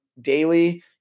daily